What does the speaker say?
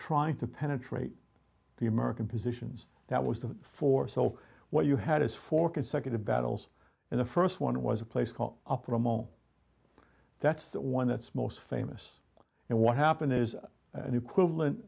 trying to penetrate the american positions that was the force so what you had is four consecutive battles in the st one was a place called up romo that's the one that's most famous and what happened is an equivalent